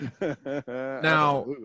Now